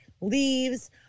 leaves